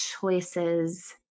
choices